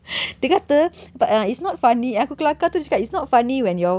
dia kata but uh it's not funny aku kata it's not funny when your